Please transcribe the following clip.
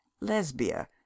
lesbia